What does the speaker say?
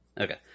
Okay